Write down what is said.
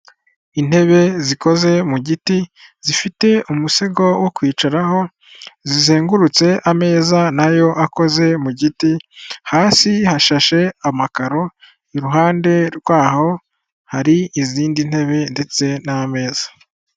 Intebe zikoze mu giti zifite umusego wo kwicaraho zizengurutse ameza nayo akoze mu giti, hasi hashashe amakaro, iruhande rwaho hari izindi ntebe ndetse n'ameza.